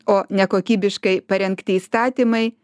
o nekokybiškai parengti įstatymai